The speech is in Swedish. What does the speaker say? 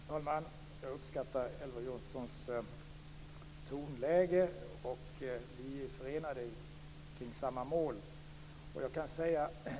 Fru talman! Jag uppskattar Elver Jonssons tonläge. Vi är förenade kring samma mål.